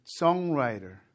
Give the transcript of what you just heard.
songwriter